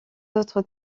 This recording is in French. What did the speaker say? autres